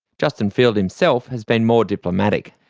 justin field himself has been more diplomatic.